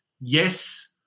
yes